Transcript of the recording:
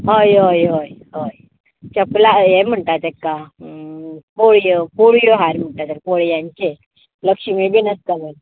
हय हय हय हय चपलां हें म्हणटात तेका पोळयो पोळयो हार म्हणटा पोळयांचे तेका लक्ष्मी बीन आसता